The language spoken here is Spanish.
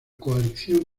coalición